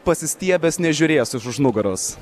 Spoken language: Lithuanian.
pasistiebęs nežiūrės iš už nugaros